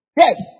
Yes